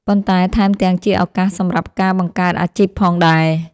ប៉ុន្តែថែមទាំងជាឱកាសសម្រាប់ការបង្កើតអាជីពផងដែរ។